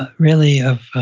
ah really of a,